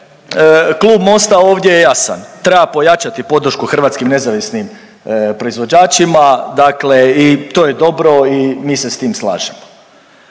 klub Mosta ovdje je jasan, treba pojačati podršku hrvatskim nezavisnim proizvođačima dakle i to je dobro i mi se s tim slažemo.